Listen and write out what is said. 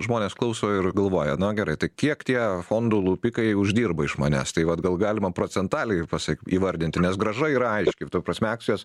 žmonės klauso ir galvoja na gerai tai kiek tie fondų lupikai uždirba iš manęs tai vat gal galima procentaliai pasek įvardinti nes grąža yra aiški ta prasme akcijos